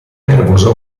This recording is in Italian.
nervoso